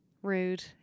Rude